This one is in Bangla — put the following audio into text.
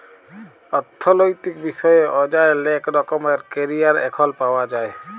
অথ্থলৈতিক বিষয়ে অযায় লেক রকমের ক্যারিয়ার এখল পাউয়া যায়